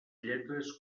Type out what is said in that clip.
lletres